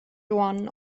dornen